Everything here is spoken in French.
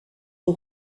aux